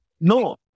No